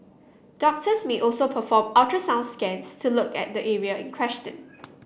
doctors may also perform ultrasound scans to look at the area in questioned